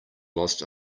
lost